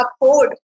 afford